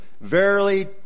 Verily